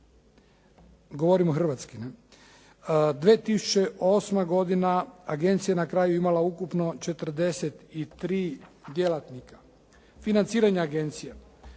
Govorimo hrvatski, ne? 2008. agencija je na kraju imala ukupno 43 djelatnika. Financiranje agencije.